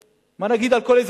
מה נגיד על כל העדה הדרוזית?